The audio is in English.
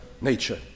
nature